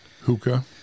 Hookah